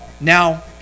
now